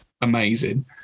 amazing